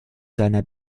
seiner